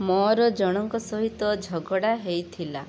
ମୋର ଜଣଙ୍କ ସହିତ ଝଗଡ଼ା ହେଇଥିଲା